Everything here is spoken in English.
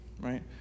right